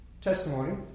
testimony